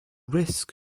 risk